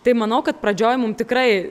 tai manau kad pradžioj mum tikrai